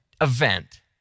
event